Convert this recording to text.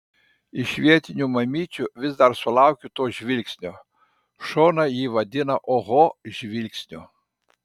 iš vietinių mamyčių vis dar sulaukiu to žvilgsnio šona jį vadina oho žvilgsniu